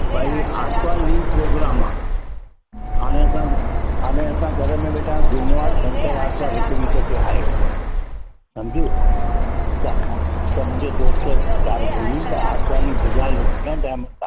भई आर्तवारु ॾींहुं प्रोग्राम आहे हाणे असां हाणे असां घर में वेठा आहियूं जुमो आहे छंछरु आर्तवारु हिकु ॾींहुं तोखे आहे सम्झी छा त मुंहिंजे दोस्त ॻाल्हि कई त आर्तवारु ॾींहुं बाज़ार लॻंदी आहिनि डायमंड बाज़ार